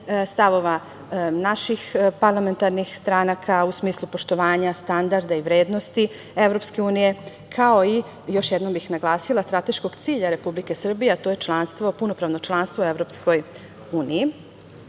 stavova našim parlamentarnih stranaka u smislu poštovanja standarda i vrednosti EU, kao i, još jednom bih naglasila, strateškog cilja Republike Srbije, a to je članstvo, punopravno